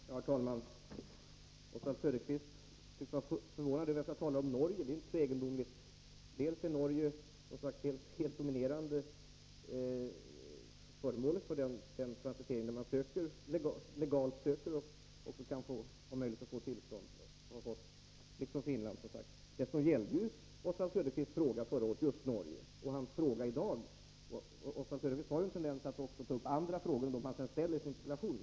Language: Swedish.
Herr talman! Oswald Söderqvist var förvånad över att jag talar om Norge. Det är inte så egendomligt. Norge är det helt dominerande föremålet för den transitering för vilken man legalt söker — och också har möjlighet att få — tillstånd. En sådan transitering sker också till Finland. Dessutom gällde Oswald Söderqvists fråga förra året just Norge. Oswald Söderqvist har ju en tendens att också ta upp andra frågor än dem han ställer i sin interpellation.